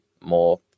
more